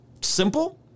simple